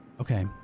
Okay